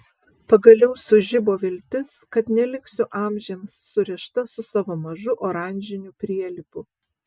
pagaliau sužibo viltis kad neliksiu amžiams surišta su savo mažu oranžiniu prielipu